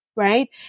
Right